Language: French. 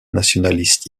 nationaliste